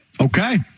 Okay